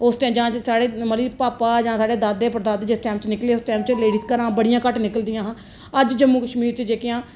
उस टाइम च जां साढ़े पापा जा साढ़े दादे परदादे जिस टाइम निकले उस टाइम च लेडिसज घरा बड़ियां घट्ट निकलदियां हां अज्ज जम्मू कशमीर च जेहकियां